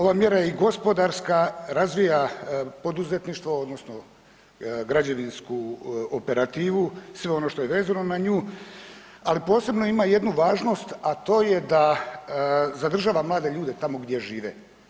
Ova mjera je i gospodarska, razvija poduzetništvo odnosno građevinsku operativu i sve ono što je vezano na nju ali posebno ima jednu važnost a to je da zadržava mlade ljude tamo gdje žive.